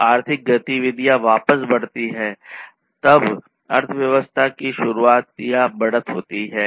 जब आर्थिक गतिविधियां वापिस बढ़ती है अब अर्थव्यवस्था की शुरुआत या बढ़त होती है